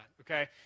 Okay